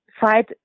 fight